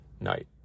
night